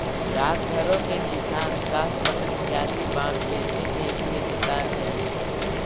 डाकघरो के किसान विकास पत्र इत्यादि बांड बेचे के भी अधिकार हइ